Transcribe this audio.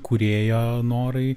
kūrėjo norai